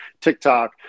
TikTok